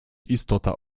istota